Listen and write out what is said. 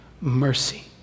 mercy